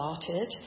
started